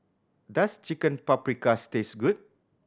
does Chicken Paprikas taste good